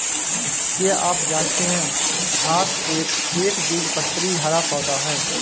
क्या आप जानते है घांस एक एकबीजपत्री हरा पौधा है?